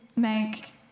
make